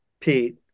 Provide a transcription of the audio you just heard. Pete